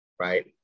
right